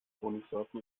honigsorten